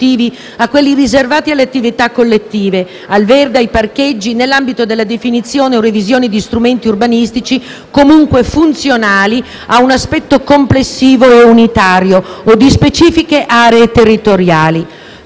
a quelli riservati alle attività collettive, al verde e ai parcheggi, nell'ambito della definizione o revisione di strumenti urbanistici comunque funzionali a un aspetto complessivo e unitario, o di specifiche aree territoriali.